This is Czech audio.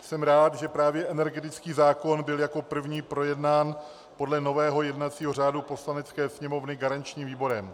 Jsem rád, že právě energetický zákon byl jako první projednán podle nového jednacího řádu Poslanecké sněmovny garančním výborem.